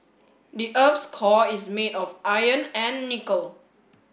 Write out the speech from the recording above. the earth's core is made of iron and nickel